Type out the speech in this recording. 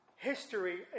History